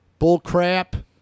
bullcrap